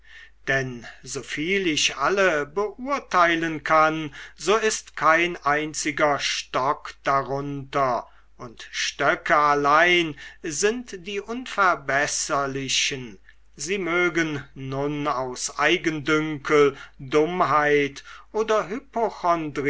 denn soviel ich alle beurteilen kann so ist kein einziger stock darunter und stöcke allein sind die unverbesserlichen sie mögen nun aus eigendünkel dummheit oder